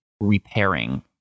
repairing